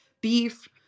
beef